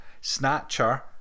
Snatcher